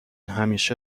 همیشه